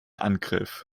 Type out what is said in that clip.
angriff